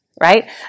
Right